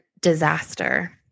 disaster